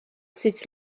sut